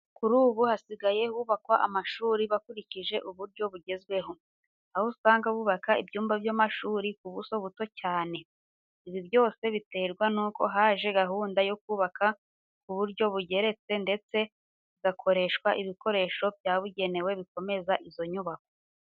Kuri ubu hasigaye hubakwa amashuri bakurikije uburyo bugezweho, aho usanga bubaka ibyumba by'amashuri ku buso buto cyane. Ibi byose biterwa nuko haje gahunda yo kubaka ku buryo bugeretse ndetse hagakoreshwa ibikoresho byabugenewe bikomeza izo nyubako.